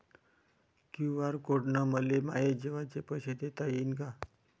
QR code न मले माये जेवाचे पैसे देता येईन का?